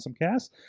awesomecast